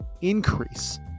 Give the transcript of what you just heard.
increase